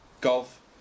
golf